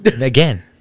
Again